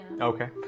Okay